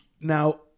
Now